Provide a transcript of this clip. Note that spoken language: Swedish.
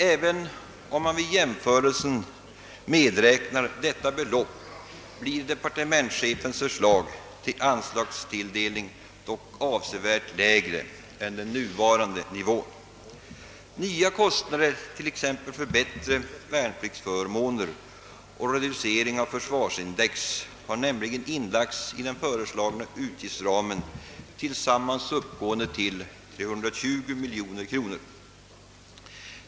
även om man vid jämförelsen medräknar detta belopp blir departementschefens förslag till anslagstilldelning dock avsevärt lägre än den nuvarande nivån. Nya kostnader, t.ex. för bättre värnpliktsförmåner och reducering av försvarsindex, har nämligen inlagts i den föreslagna utgiftsramen, till sammans uppgående till cirka 120 miljoner kronor.